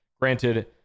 granted